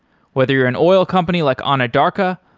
whether you're an oil company like anadarko,